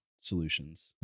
Solutions